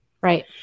right